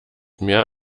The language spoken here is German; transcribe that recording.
mehr